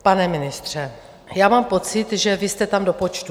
Pane ministře, já mám pocit, že vy jste tam tedy do počtu.